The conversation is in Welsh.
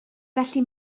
felly